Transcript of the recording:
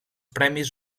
premis